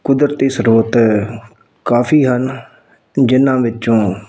ਕੁਦਰਤੀ ਸਰੋਤ ਕਾਫੀ ਹਨ ਜਿਨ੍ਹਾਂ ਵਿੱਚੋਂ